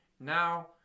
now